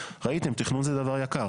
ראיתם, תכנון זה דבר יקר.